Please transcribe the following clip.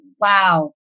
wow